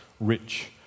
Rich